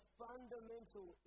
fundamental